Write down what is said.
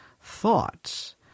thoughts